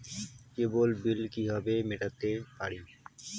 কেবল bill কিভাবে মেটাতে পারি?